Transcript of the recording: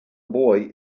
boy